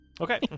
Okay